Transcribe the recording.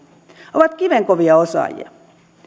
ovat kivenkovia osaajia